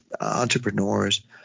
entrepreneurs